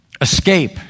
Escape